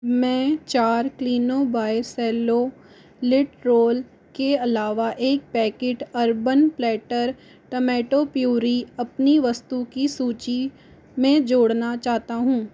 मैं चार Cleano by Cello lint roller के अलावा एक packet urban platter tomato puree अपनी वस्तुओं की सूची में जोड़ना चाहता हूँ